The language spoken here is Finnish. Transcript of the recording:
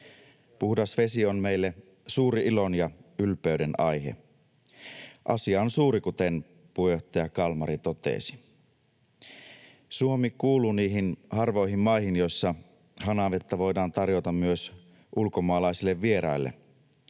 Puhdas vesi on meille suuri ilon ja ylpeyden aihe. Asia on suuri, kuten puheenjohtaja Kalmari totesi. Suomi kuuluu niihin harvoihin maihin, joissa hanavettä voidaan tarjota myös ulkomaalaisille vieraille.